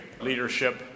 leadership